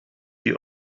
die